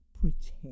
protect